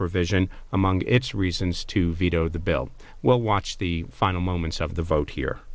provision among its reasons to veto the bill well watch the final moments of the vote here